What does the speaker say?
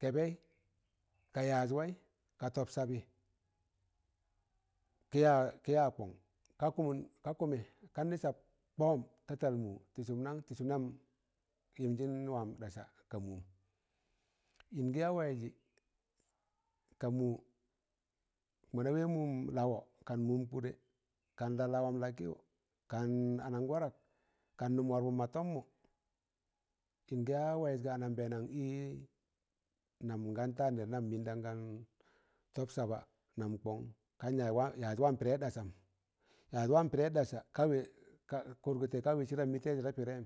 kẹbẹị ka yaaz wai ka tọb sabị kịya kọng ka kụmẹ kan nẹ sab tọm ta tal mụ tị sụm nan? tị sụm nam yịmjịn wam ɗasa ka mụm ịngị ya waịzị ga mụ mọ na wẹ mụm lawọ kan mụm kụdẹ, kan lalawọ lakịyụ, kan anagwadak, kan nụm wọrọpụm mọ tọmmụ, ịngị ya waịz ga anambẹẹna ị nam ngam ta nẹr, nam mịndam gan tọb saba, nam kọn yaazwam pịrẹ ɗasam, yaz wam pịrẹị ɗasa, ka wẹẹz kụrgụtẹ ka wẹẹz sịdam mị taịzẹm ne ta piɗete